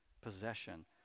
possession